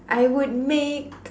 I would make